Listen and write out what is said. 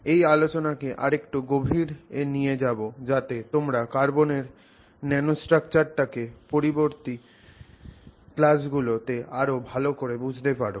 এই আলোচনাকে আরেকটু গভীরে নিয়ে যাব যাতে তোমরা কার্বনের ন্যানোস্ট্রাকচার টাকে পরবর্তী ক্লাসগুলো তে আরও ভালো করে বুঝতে পারো